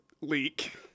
leak